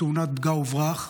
בתאונת פגע וברח.